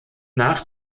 nach